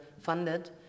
funded